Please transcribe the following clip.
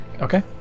okay